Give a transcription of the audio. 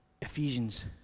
Ephesians